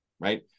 Right